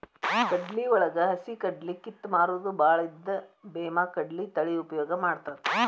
ಕಡ್ಲಿವಳಗ ಹಸಿಕಡ್ಲಿ ಕಿತ್ತ ಮಾರುದು ಬಾಳ ಇದ್ದ ಬೇಮಾಕಡ್ಲಿ ತಳಿ ಉಪಯೋಗ ಮಾಡತಾತ